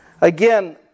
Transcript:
again